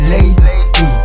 Lady